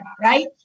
Right